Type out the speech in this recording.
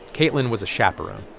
kaitlyn was a chaperone.